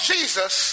Jesus